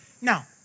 Now